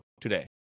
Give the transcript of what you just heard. today